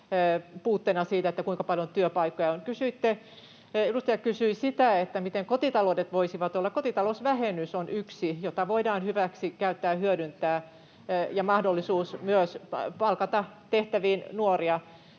puutteena siinä, kuinka paljon työpaikkoja on. Edustaja kysyi sitä, miten kotitaloudet voisivat olla mukana. Kotitalousvähennys on yksi, jota voidaan hyväksikäyttää ja hyödyntää, [Välihuutoja perussuomalaisten